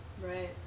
Right